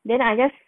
then I just